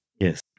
Yes